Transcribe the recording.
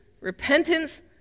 repentance